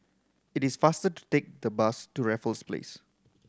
it is faster to take the bus to Raffles Place